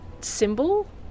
symbol